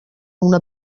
una